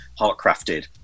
Heartcrafted